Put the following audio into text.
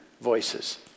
voices